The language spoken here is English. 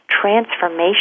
transformation